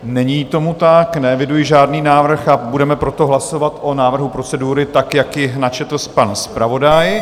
Není tomu tak, neeviduji žádný návrh, budeme proto hlasovat o návrhu procedury, tak jak ji načetl pan zpravodaj.